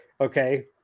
Okay